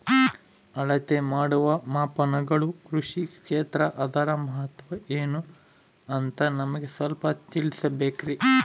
ಅಳತೆ ಮಾಡುವ ಮಾಪನಗಳು ಕೃಷಿ ಕ್ಷೇತ್ರ ಅದರ ಮಹತ್ವ ಏನು ಅಂತ ನಮಗೆ ಸ್ವಲ್ಪ ತಿಳಿಸಬೇಕ್ರಿ?